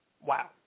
Wow